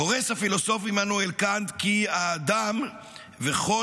גורס הפילוסוף עמנואל קאנט כי האדם וכל